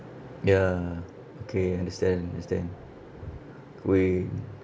ya okay understand understand going